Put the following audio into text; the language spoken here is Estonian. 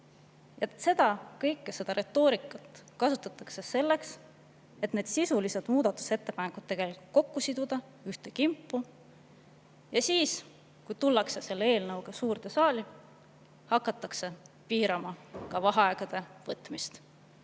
Ja kogu seda retoorikat kasutatakse selleks, et need sisulised muudatusettepanekud kokku siduda ühte kimpu. Ja siis tullakse selle eelnõuga suurde saali. Hakatakse piirama ka vaheaegade võtmist